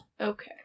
Okay